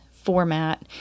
format